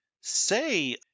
Say